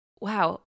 wow